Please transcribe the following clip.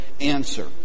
answer